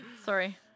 Sorry